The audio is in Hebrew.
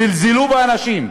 זלזלו באנשים,